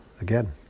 again